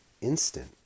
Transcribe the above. instant